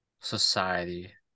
society